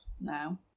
now